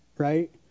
Right